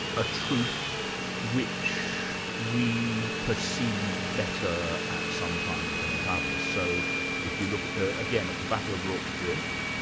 a truth which we perceive better at sometimes than at others. so if you look again at the battle of rorke's drift,